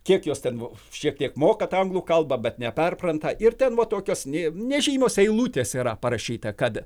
kiek jos ten bu šiek tiek mokat anglų kalba bet neperpranta ir ten va tokios ne nežymios eilutės yra parašyta kad